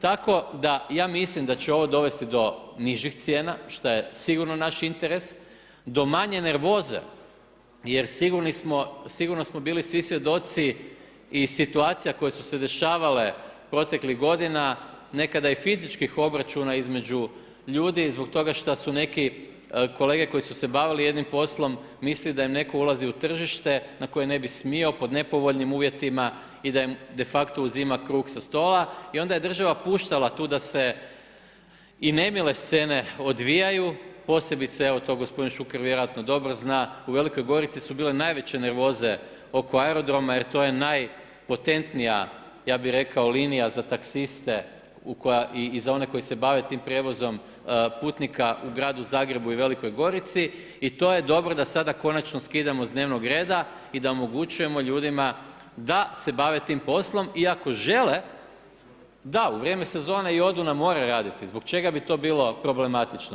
Tako da ja mislim da će ovo dovesti do nižih cijena što je sigurno naš interes, do manje nervoze jer sigurno smo bili svi svjedoci i situacija koje su se dešavale proteklih godina, nekada i fizičkih obračuna između ljudi zbog toga što su neki kolege koji su se bavili jednim poslom mislili da im netko ulazi u tržište na koje ne bi smio pod nepovoljnim uvjetima i da im de facto uzima kruh sa stola i onda je država puštala tu da se i nemile scene odvijaju, posebice, evo, to gospodin Šuker vjerojatno dobro zna, u Velikog Gorici su bile najveće nervoze oko aerodroma jer to je najpotentnija, ja bih rekao linija za taksiste i za one koji se bave tim prijevozom putnika u gradu Zagrebu i Velikoj Gorici i to je dobro da sada konačno skidamo s dnevnog reda i da omogućujemo ljudima da se bave tim poslom i ako žele da u vrijeme sezone i odu na more raditi, zbog čega bi to bilo problematično?